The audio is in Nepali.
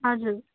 हजुर